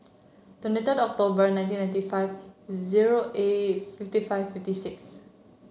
twenty third October nineteen ninety five zero eight fifty five fifty six